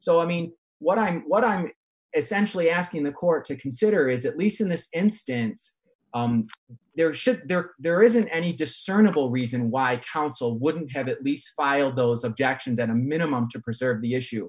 so i mean what i'm what i'm essentially asking the court to consider is at least in this instance their ship there there isn't any discernable reason why i counsel wouldn't have at least filed those objections and a minimum to preserve the issue